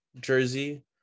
jersey